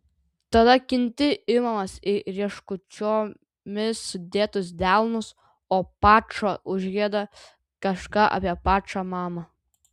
tada kinti imamas į rieškučiomis sudėtus delnus o pačo užgieda kažką apie pačą mamą